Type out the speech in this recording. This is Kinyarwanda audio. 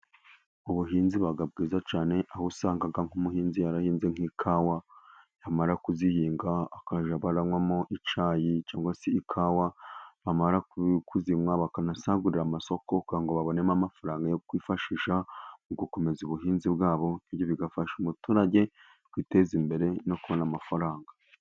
Ubuhinzi buba bwiza cyane, aho usanga nk'umuhinzi yarahinze nk'ikawa, yamara kuzihinga akajya anywamo icyayi cyangwa se ikawa, bamara kuzinywa bakanasagurira amasoko, kugira ngo babonemo amafaranga yo kwifashisha mu gukomeza ubuhinzi bwabo. Ibyo bigafasha umuturage kwiteza imbere no kubona amafaranga.